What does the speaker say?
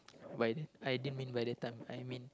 by the I didn't mean by the time I mean